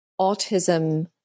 autism